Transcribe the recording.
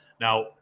Now